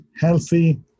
healthy